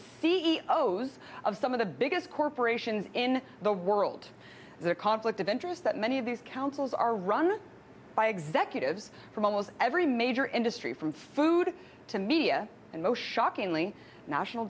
o's of some of the biggest corporations in the world their conflict of interest that many of these councils are run by executives from almost every major industry from food to media and most shockingly national